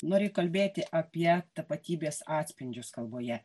noriu kalbėti apie tapatybės atspindžius kalboje